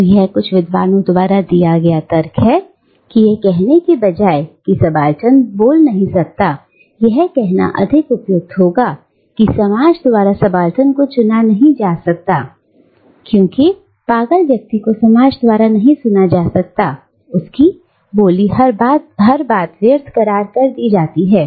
तो यह कुछ विद्वानों द्वारा दिया गया तर्क है कि यह कहने के बजाय कि सबाल्टर्न नहीं बोल सकता यह कहना अधिक उपयुक्त होगा कि समाज द्वारा सबाल्टर्न को सुना नहीं जा सकता जैसे पागल व्यक्ति को समाज द्वारा नहीं सुना जा सकता है क्योंकि उसकी बोली हर बात व्यर्थ करार कर दी जाती है